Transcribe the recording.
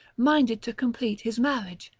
minded to complete his marriage,